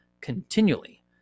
continually